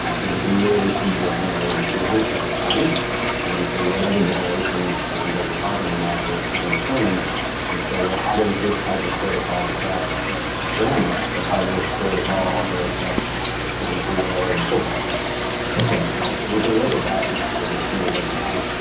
because we can really see granular improvements over time and so whatever generation as you guys were talking about is trying to train you can say well how does this type of protocol affect grandma but how does this protocol also affect a twenty two year old football player okay right so we can look at that and actually repeat it over time.